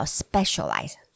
specialize